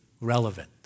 relevant